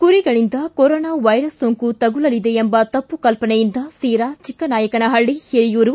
ಕುರಿಗಳಿಂದ corona virus ಸೋಂಕು ತಗಲಲಿದೆ ಎಂಬ ತಪ್ಪು ಕಲ್ಪನೆಯಿಂದ ಸಿರಾ ಚಿಕ್ಕನಾಯ್ಗನಪಳ್ಳಿ ಹಿರಿಯೂರು